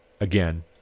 Again